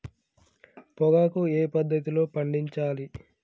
పొగాకు ఏ పద్ధతిలో పండించాలి?